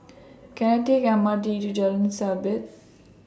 Can I Take M R T to Jalan Sabit